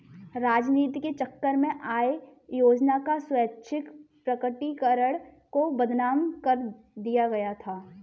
राजनीति के चक्कर में आय योजना का स्वैच्छिक प्रकटीकरण को बदनाम कर दिया गया था